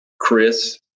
Chris